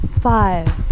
Five